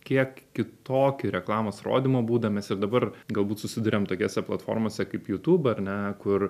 kiek kitokį reklamos rodymo būdą mes ir dabar galbūt susiduriam tokiose platformose kaip youtube ar ne kur